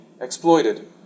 exploited